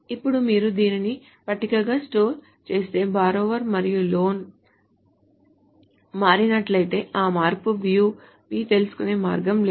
ఇప్పుడు మీరు దీనిని పట్టికగా స్టోర్ చేస్తే borrower మరియు loan మారినట్లయితే ఆ మార్పును view v తెలుసుకునే మార్గం లేదు